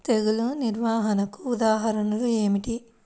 తెగులు నిర్వహణకు ఉదాహరణలు ఏమిటి?